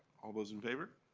all those in favor?